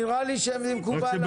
נראה לי שמקובל עליהם.